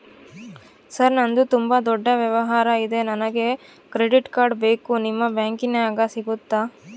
Sir ನಂದು ತುಂಬಾ ದೊಡ್ಡ ವ್ಯವಹಾರ ಇದೆ ನನಗೆ ಕ್ರೆಡಿಟ್ ಕಾರ್ಡ್ ಬೇಕು ನಿಮ್ಮ ಬ್ಯಾಂಕಿನ್ಯಾಗ ಸಿಗುತ್ತಾ?